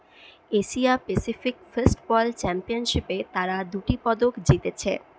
Asia Pacific fistball চ্যাম্পিয়নশিপে তারা দুটি পদক জিতেছে